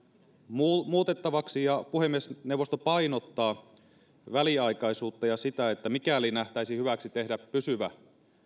muutettavaksi ja puhemiesneuvosto painottaa väliaikaisuutta ja sitä että mikäli nähtäisiin hyväksi tehdä pysyvä